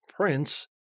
prince